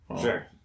Sure